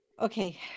okay